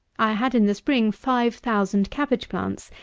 i had in the spring five thousand cabbage plants,